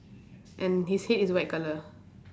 and his head is white colour